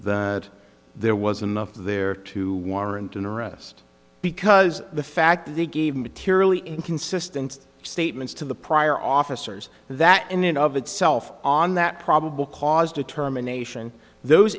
that there was enough there to warrant an arrest because the fact they gave materially inconsistent statements to the prior officers that in and of itself on that probable cause determination those